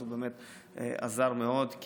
אז הוא באמת עזר מאוד,